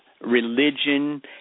religion